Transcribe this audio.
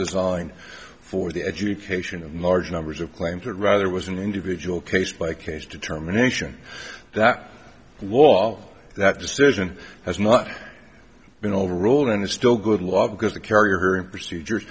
designed for the education of large numbers of claim to it rather was an individual case by case determination that law that decision has not been overruled and is still good law because the carrier and procedures